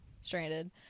Stranded